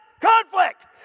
conflict